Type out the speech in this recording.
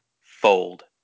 Fold